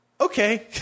okay